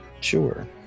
Sure